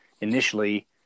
initially